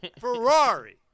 Ferrari